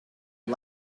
his